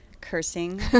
cursing